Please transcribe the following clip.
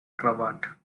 cravat